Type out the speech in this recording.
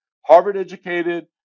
Harvard-educated